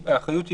האחריות,